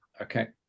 Okay